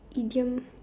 idiom